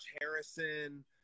Harrison